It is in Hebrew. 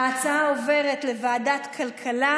ההצעה עוברת לוועדת הכלכלה.